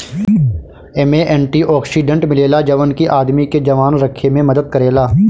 एमे antioxidant मिलेला जवन की आदमी के जवान रखे में मदद करेला